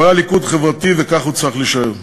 הוא היה ליכוד חברתי, וכך הוא צריך להישאר.